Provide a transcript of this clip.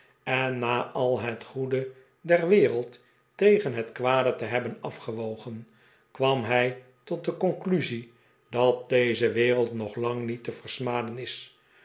en na al het goede der wereld tegen het kwade te hebben afgewogen kwam hij tot de conclusie dat deze wereld nog lang niet te versmaden is